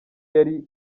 yari